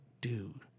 dude